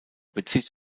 bezieht